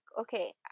okay